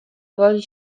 woli